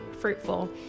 fruitful